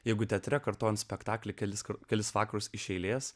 jeigu teatre kartojant spektaklį kelis kelis vakarus iš eilės